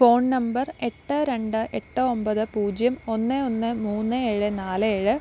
phone number എട്ട് രണ്ട് എട്ട് ഒമ്പത് പൂജ്യം ഒന്ന് ഒന്ന് മൂന്ന് ഏഴ് നാല് ഏഴ്